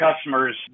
customers